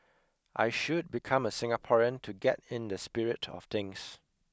I should become a Singaporean to get in the spirit of things